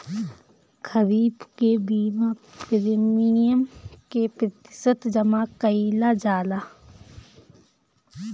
खरीफ के बीमा प्रमिएम क प्रतिशत जमा कयील जाला?